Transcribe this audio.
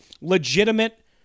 legitimate